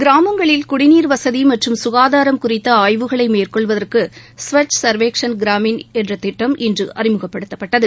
கிராமங்களில் குடிநீர் வசதி மற்றும் சுகாதாரம் குறித்த ஆய்வுகளை மேற்கொள்வதற்கு ஸ்வச் சர்வேக்ஸன் கிராமின் திட்டம் இன்று அறிமுகப்படுத்தப்பட்டது